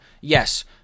Yes